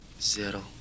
Zero